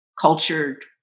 cultured